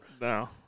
No